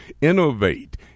innovate